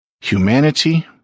humanity